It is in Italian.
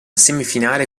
semifinale